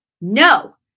no